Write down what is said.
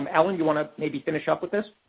um allen, you want to, maybe, finish up with this?